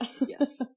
Yes